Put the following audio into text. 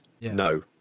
no